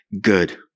good